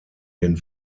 den